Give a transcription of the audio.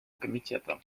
комитета